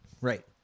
Right